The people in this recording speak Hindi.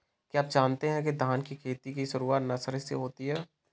क्या आप जानते है धान की खेती की शुरुआत नर्सरी से होती है?